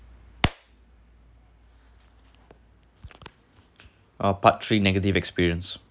uh part three negative experience